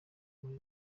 muri